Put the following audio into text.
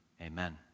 Amen